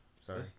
Sorry